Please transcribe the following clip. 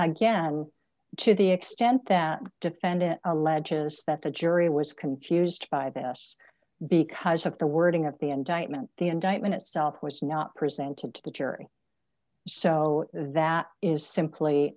again to the extent that the defendant alleges that the jury was confused by this because of the wording of the indictment the indictment itself was not presented to the jury so that is simply